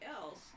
else